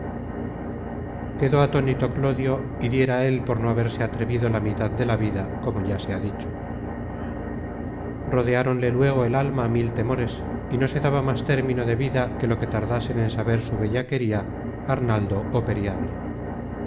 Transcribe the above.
quedó atónito clodio y diera él por no haberse atrevido la mitad de la vida como ya se ha dicho rodeáronle luego el alma mil temores y no se daba más término de vida que lo que tardasen en saber su bellaquería arnaldo ó periandro